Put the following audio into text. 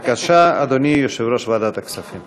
בבקשה, אדוני יושב-ראש ועדת הכספים.